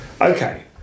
okay